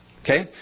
Okay